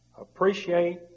Appreciate